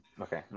okay